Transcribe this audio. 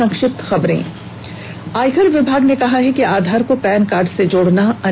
संक्षिप्त खबरें आयकर विभाग ने कहा है कि आधार को पैन कार्ड से जोड़ना अनिर्वाय है